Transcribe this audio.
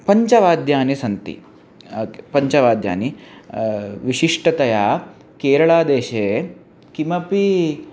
पञ्च वाद्यानि सन्ति पञ्च वाद्यानि विशिष्टतया केरळादेशे किमपि